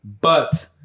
But-